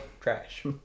trash